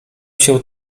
się